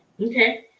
Okay